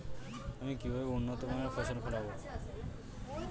আমি কিভাবে উন্নত মানের ফসল ফলাব?